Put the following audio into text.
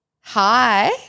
Hi